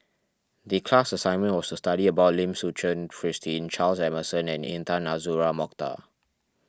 the class assignment was to study about Lim Suchen Christine Charles Emmerson and Intan Azura Mokhtar